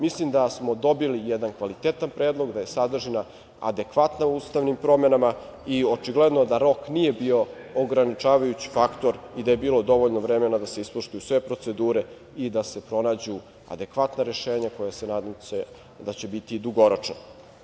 Mislim da smo dobili jedan kvalitetan predlog, da je sadržina adekvatna ustavnim promenama i očigledno da rok nije bio ograničavajući faktor i da je bilo dovoljno vremena da se ispoštuju sve procedure i da se pronađu adekvatna rešenja koja će, nadam se, biti i dugoročna.